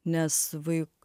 nes vai